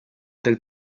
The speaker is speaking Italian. del